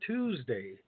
Tuesday